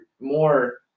more